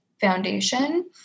foundation